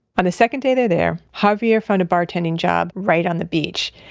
on the second day they're there, javier found a bartending job right on the beach.